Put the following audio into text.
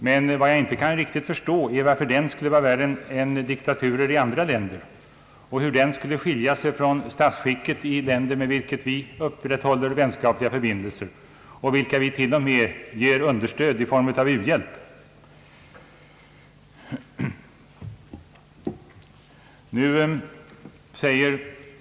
Men vad jag inte riktigt kan förstå är att den skulle vara värre än diktaturer i andra länder och hur den skulle skilja sig från statsskicket i länder, med vilka vi upprätthåller vänskapliga förbindelser och vilka vi till och med ger understöd i form av u-hjälp.